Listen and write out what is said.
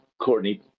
Courtney